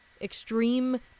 Extreme